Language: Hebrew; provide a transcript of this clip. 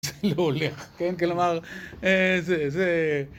זה לא עולה. כן, כן, אמר. אהה, זה, זה.